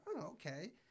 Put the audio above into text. okay